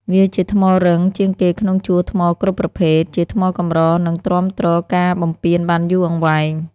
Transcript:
វាជាថ្មរឹងជាងគេក្នុងជួរថ្មគ្រប់ប្រភេទ ជាថ្មកម្រ និងទ្រាំទ្រការបំពានបានយូរអង្វែង។